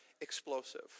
explosive